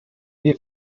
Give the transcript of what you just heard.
wir